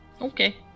Okay